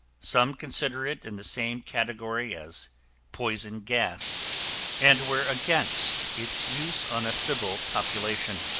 some consider it in the same category as poison gas and were against its use on a civil population.